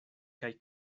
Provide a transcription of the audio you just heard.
kaj